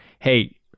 hey